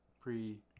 pre